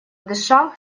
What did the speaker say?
дыша